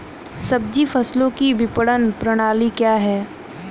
सब्जी फसलों की विपणन प्रणाली क्या है?